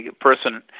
person